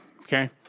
Okay